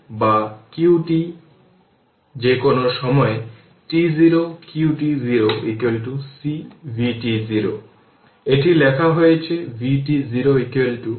সুতরাং মূলধন I suffix হল 0 বা আমরা ছোট i লিখতে পারি যেটি 0 যেটি t 0 এই কারেন্ট i সব সময় সম্ভবত আমরা এটা লিখছি না